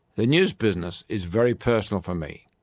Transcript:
the news business is very personal for me.